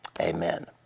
amen